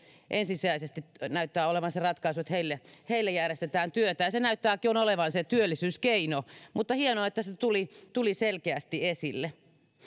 ensisijaisesti näyttää olevan se ratkaisu että heille järjestetään työtä se näyttääkin olevan se työllisyyskeino mutta hienoa että se tuli tuli selkeästi esille